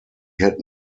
had